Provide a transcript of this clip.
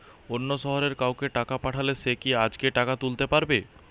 অন্য শহরের কাউকে টাকা পাঠালে সে কি আজকেই টাকা তুলতে পারবে?